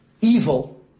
evil